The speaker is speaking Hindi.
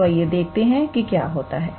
तो आइए देखते हैं क्या होता है